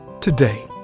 Today